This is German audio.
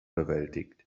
bewältigt